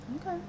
Okay